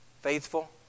faithful